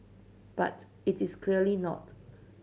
but it is clearly not